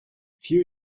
few